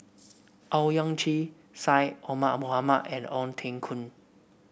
Owyang Chi Syed Omar Mohamed and Ong Teng Koon